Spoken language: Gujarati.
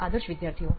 આદર્શ વિદ્યાર્થીઓ